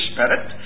Spirit